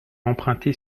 emprunté